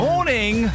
Morning